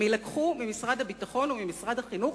הם יילקחו בעיקר ממשרד הביטחון וממשרד החינוך,